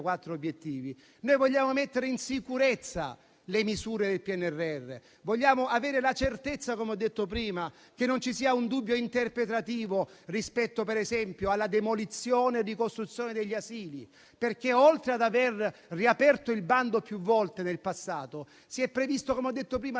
vogliamo mettere in sicurezza le misure del PNRR, vogliamo avere la certezza, come ho detto prima, che non ci sia un dubbio interpretativo rispetto, ad esempio, alla demolizione e ricostruzione degli asili, perché oltre ad aver riaperto il bando più volte nel passato, si sono previste la demolizione